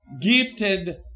gifted